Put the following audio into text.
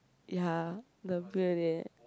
ya the beer there